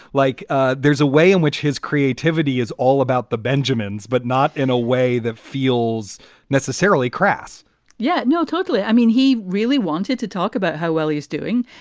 like ah there's a way in which his creativity is all about the benjamins, but not in a way that feels necessarily crass yeah. no, totally. i mean, he really wanted to talk about how well he's doing,